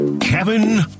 Kevin